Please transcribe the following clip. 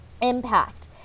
impact